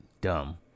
dumb